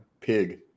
pig